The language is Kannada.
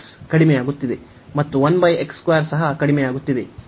ಕಡಿಮೆಯಾಗುತ್ತಿದೆ ಮತ್ತು ಸಹ ಕಡಿಮೆಯಾಗುತ್ತಿದೆ